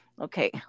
Okay